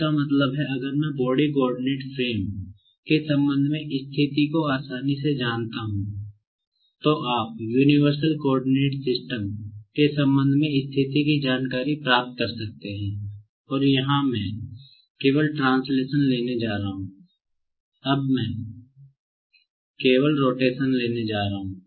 इसका मतलब है अगर मैं बॉडी कोआर्डिनेट फ्रेम लेने पर जा रहा हूं